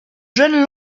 jeune